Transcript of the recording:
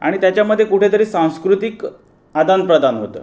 आणि त्याच्यामध्ये कुठेतरी सांस्कृतिक आदानप्रदान होतं